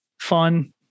fun